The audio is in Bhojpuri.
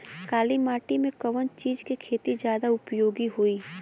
काली माटी में कवन चीज़ के खेती ज्यादा उपयोगी होयी?